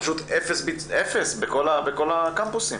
פשוט אפס בכל הקמפוסים.